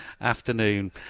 afternoon